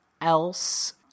else